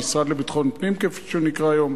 המשרד לביטחון פנים כפי שהוא נקרא היום,